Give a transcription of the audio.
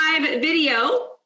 video